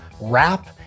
rap